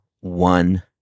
one